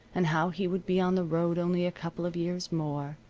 and how he would be on the road only a couple of years more,